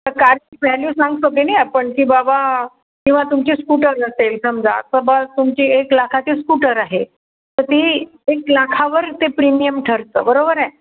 तर कारची व्हॅल्यू सांगतो की नाही आपण की बाबा किंवा तुमची स्कूटर असेल समजा तर बा तुमची एक लाखाची स्कूटर आहे तर ती एक लाखावर ते प्रीमियम ठरतं बरोबर आहे